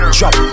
Drop